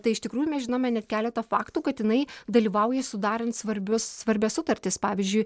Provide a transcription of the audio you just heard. tai iš tikrųjų mes žinome net keletą faktų kad jinai dalyvauja sudarant svarbius svarbias sutartis pavyzdžiui